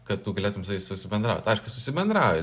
kad tu galėtum su jais susibendraut aišku susibendrauji